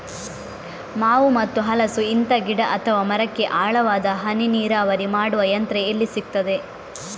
ಮಾವು ಮತ್ತು ಹಲಸು, ಇಂತ ಗಿಡ ಅಥವಾ ಮರಕ್ಕೆ ಆಳವಾದ ಹನಿ ನೀರಾವರಿ ಮಾಡುವ ಯಂತ್ರ ಎಲ್ಲಿ ಸಿಕ್ತದೆ?